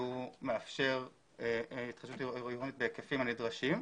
מאפשר התחדשות עירונית בהיקפים הנדרשים.